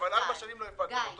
אבל ארבע שנים לא הפעלתם אותו,